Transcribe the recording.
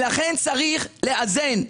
לכן, צריך לאזן.